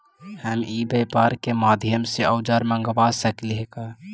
हम ई व्यापार के माध्यम से औजर मँगवा सकली हे का?